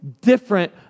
different